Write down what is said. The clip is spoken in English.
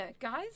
guys